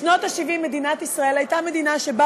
בשנות ה-70 מדינת ישראל הייתה מדינה שבה